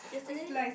yesterday